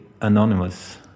anonymous